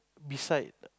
beside